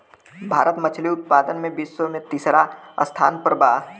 भारत मछली उतपादन में विश्व में तिसरा स्थान पर बा